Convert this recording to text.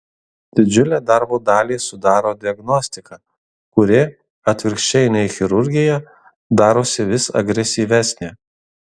didžiulę darbo dalį sudaro diagnostika kuri atvirkščiai nei chirurgija darosi vis agresyvesnė